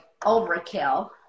overkill